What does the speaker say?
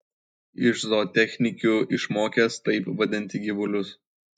iš zootechnikių išmokęs taip vadinti gyvulius